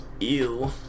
ew